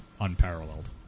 unparalleled